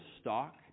stock